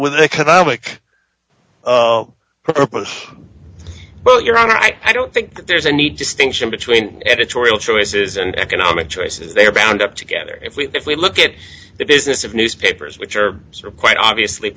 with an economic but your honor i don't think there's a need distinction between editorial choices and economic choices they are bound up together if we if we look at the business of newspapers which are quite obviously